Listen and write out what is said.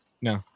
No